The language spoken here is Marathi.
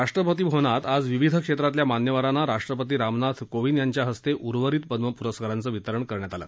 राष्ट्रपती भवनात आज विविध क्षेत्रातल्या मान्यवरांना राष्ट्रपती रामनाथ कोविंद यांच्या हस्ते उर्वरित पद्म पुरस्कारांचं वितरण करण्यात आलं